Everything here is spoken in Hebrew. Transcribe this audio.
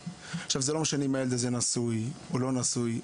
זה לא משנה אם הילד הזה נשוי או לא נשוי,